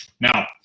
Now